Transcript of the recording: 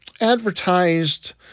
advertised